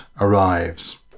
arrives